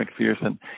McPherson